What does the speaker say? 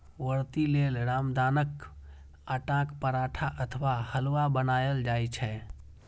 व्रती लेल रामदानाक आटाक पराठा अथवा हलुआ बनाएल जाइ छै